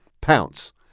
Pounce